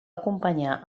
acompanyar